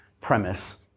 premise